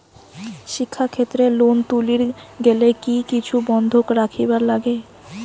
শিক্ষাক্ষেত্রে লোন তুলির গেলে কি কিছু বন্ধক রাখিবার লাগে?